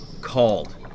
called